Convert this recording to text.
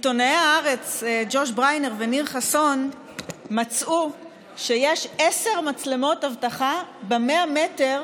עיתונאי הארץ ג'וש בריינר וניר חסון מצאו שיש 10 מצלמות אבטחה ב-100 מטר